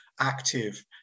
active